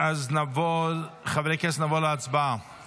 חברי הכנסת, נעבור להצבעה